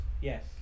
Yes